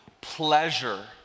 pleasure